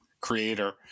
creator